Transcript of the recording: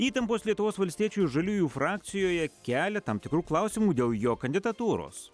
įtampos lietuvos valstiečių ir žaliųjų frakcijoje kelia tam tikrų klausimų dėl jo kandidatūros